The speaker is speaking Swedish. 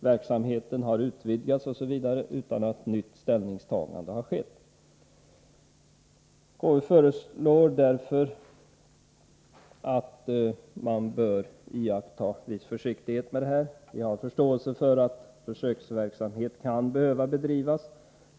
Verksamheten har utvidgats osv. utan att något nytt ställningstagande gjorts. KU menar således att man bör iaktta viss försiktighet i sådana fall. Vi har förståelse för att försöksverksamhet kan behöva bedrivas.